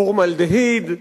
פורמלדהיד,